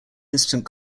instant